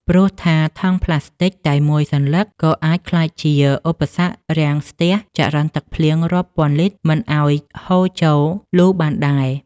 ព្រោះថាថង់ប្លាស្ទិកតែមួយសន្លឹក ក៏អាចក្លាយជាឧបសគ្គរាំងស្ទះចរន្តទឹកភ្លៀងរាប់ពាន់លីត្រមិនឱ្យហូរចូលលូបានដែរ។